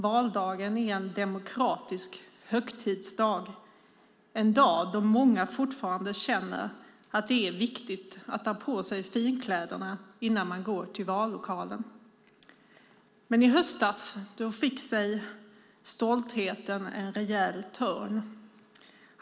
Valdagen är en demokratisk högtidsdag. Det är en dag då många fortfarande känner att det är viktigt att ta på sig finkläderna innan man går till vallokalen. Men i höstas fick sig stoltheten en rejäl törn.